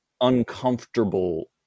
uncomfortable